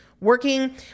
working